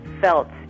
felt